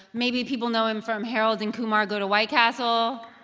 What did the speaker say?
maybe people know him from harold and kumar go to white castle.